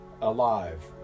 alive